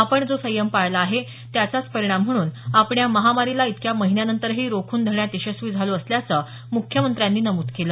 आपण जो संयम पाळला आहे त्याचाच परिणाम म्हणून आपण या महामारीला इतक्या महिन्यानंतरही रोखून धरण्यात यशस्वी झालो असल्याचं मुख्यमंत्र्यांनी नमूद केलं